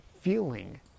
feeling